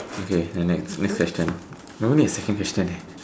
okay then next next question we're only at second question eh